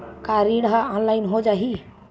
का ऋण ह ऑनलाइन हो जाही?